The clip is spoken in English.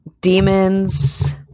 Demons